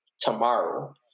tomorrow